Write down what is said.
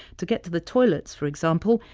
to get to the toilets, for example,